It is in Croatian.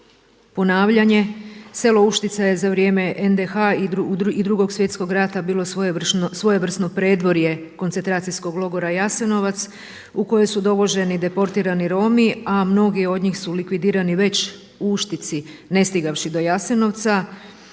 ponavljanje. Selo Uštica je za vrijeme NDH i Drugog svjetskog rata bilo svojevrsno predvorje koncentracijskog logora Jasenovac u koje su dovoženi deportirani Romi, a mnogi od njih su likvidirani već u Uštici ne stigavši do Jasenovca